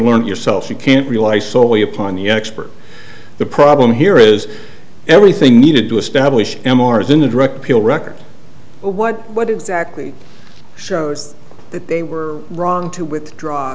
learn yourself you can't rely solely upon the expert the problem here is everything needed to establish m r as in a direct appeal record what what exactly shows that they were wrong to withdraw